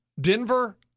Denver